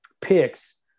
picks